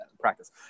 practice